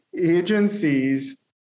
Agencies